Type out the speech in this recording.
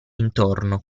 intorno